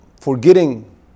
forgetting